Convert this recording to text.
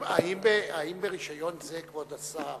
האם ברשיון זה, כבוד השר